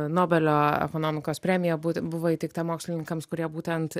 nobelio ekonomikos premija būt buvo įteikta mokslininkams kurie būtent